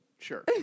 Sure